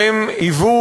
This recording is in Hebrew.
והם היוו